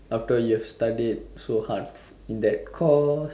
after you've studied so hard in that course